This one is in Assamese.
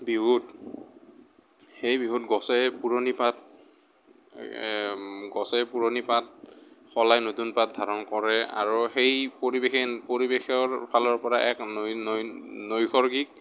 বিহুত সেই বিহুত গছে পুৰণি পাত গছে পুৰণি পাত সলাই নতুন পাত ধাৰণ কৰে আৰু সেই পৰিৱেশে পৰিৱেশৰ ফালৰ পৰা নৈসৰ্গিক